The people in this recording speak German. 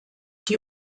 die